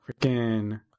freaking